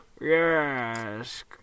Yes